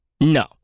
No